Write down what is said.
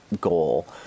goal